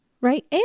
right